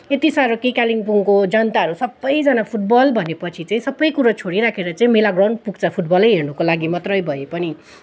यति साह्रो कालिम्पोङको जनताहरू सबैजना फुटबल भनेपछि चाहिँ सबै कुरो छोडिराखेर चाहिँ मेला ग्राउन्ड पुग्छ फुटबलै हेर्नुको लागि मात्रै भए पनि